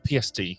PST